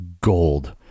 gold